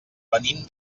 venim